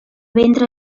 ventre